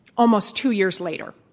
almost two years later.